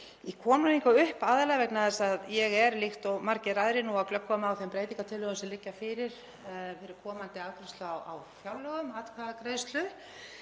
Ég kem hingað upp aðallega vegna þess að ég er líkt og margir aðrir að glöggva mig á þeim breytingartillögum sem liggja fyrir fyrir komandi afgreiðslu á fjárlögum,